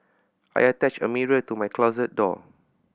I attached a mirror to my closet door